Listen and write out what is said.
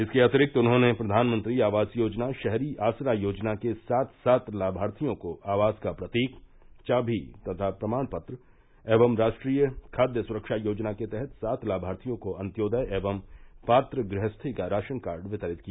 इसके अतिरिक्त उन्होंने प्रधानमंत्री आवास योजना शहरी आसरा योजना के सात सात लामार्थियों को आवास का प्रतीक चामी तथा प्रमाण पत्र एवं राष्ट्रीय खादय सुरक्षा योजना के तहत सात लामार्थियों को अन्त्योदय एवं पात्र गृहस्थी का राशन कार्ड वितरित किया